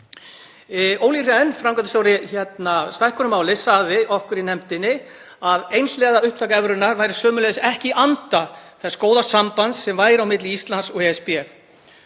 Olli Rehn, framkvæmdastjóri stækkunarmála, sagði okkur í nefndinni að einhliða upptaka evrunnar væri sömuleiðis ekki í anda þess góða sambands sem væri á milli Íslands og ESB